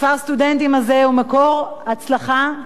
כפר הסטודנטים הזה הוא מקור הצלחה,